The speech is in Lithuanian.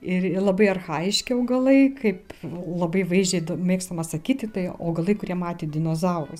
ir labai archajiški augalai kaip labai vaizdžiai mėgstama sakyti tai augalai kurie matė dinozaurus